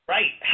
Right